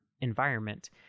environment